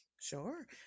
Sure